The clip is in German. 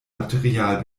material